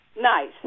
Nice